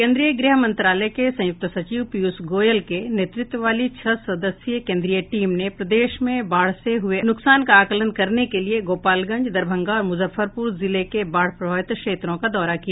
केन्द्रीय गृह मंत्रालय के संयुक्त सचिव पीयूष गोयल के नेतृत्व वाली छह सदस्यीय केन्द्रीय टीम ने प्रदेश में बाढ से हुए नुकसान का आकलन करने के लिए गोपालगंज दरभंगा और मुजफ्फरपुर जिले के बाढ़ प्रभावित क्षेत्रों का दौरा किया